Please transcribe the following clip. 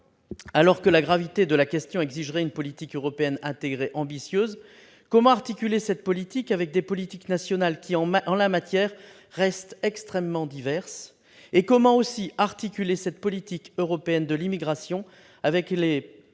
alors que la gravité de la question exigerait une politique européenne intégrée ambitieuse, comment articuler cette politique avec des politiques nationales qui, en la matière, restent extrêmement diverses ? Comment, aussi, articuler cette politique européenne de l'immigration avec celles